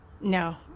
No